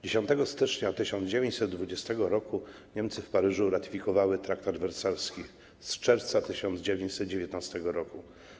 10 stycznia 1920 r. Niemcy w Paryżu ratyfikowały traktat wersalski z czerwca 1919 r.